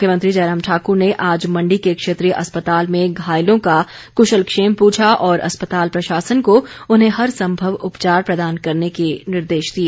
मुख्यमंत्री जयराम ठाक्र ने आज मण्डी के क्षेत्रीय अस्पताल में घायलों का क्शलक्षेम पुछा और अस्पताल प्रशासन को उन्हें हर संभव उपचार प्रदान करने के निर्देश दिए